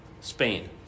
Spain